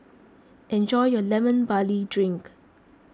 enjoy your Lemon Barley Drink